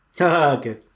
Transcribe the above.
Okay